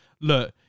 look